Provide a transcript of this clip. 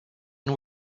and